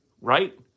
right